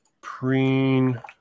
Preen